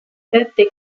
sette